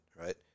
right